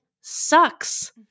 sucks